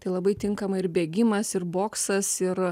tai labai tinkama ir bėgimas ir boksas ir